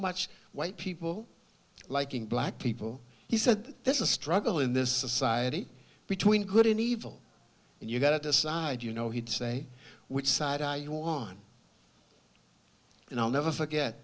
much white people liking black people he said this is a struggle in this society between good and evil and you've got to decide you know he'd say which side you're on and i'll never forget